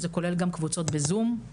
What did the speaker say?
זה כולל גם קבוצות בזום.